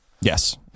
Yes